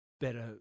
better